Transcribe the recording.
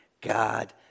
God